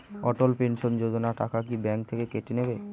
অটল pension Yojana টাকা কি bank থেকে কেটে নেবে?